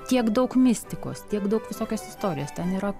tiek daug mistikos tiek daug visokios istorijos ten yra